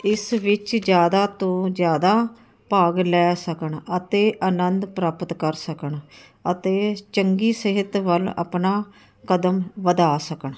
ਇਸ ਵਿੱਚ ਜ਼ਿਆਦਾ ਤੋਂ ਜ਼ਿਆਦਾ ਭਾਗ ਲੈ ਸਕਣ ਅਤੇ ਅਨੰਦ ਪ੍ਰਾਪਤ ਕਰ ਸਕਣ ਅਤੇ ਚੰਗੀ ਸਿਹਤ ਵੱਲ ਆਪਣਾ ਕਦਮ ਵਧਾ ਸਕਣ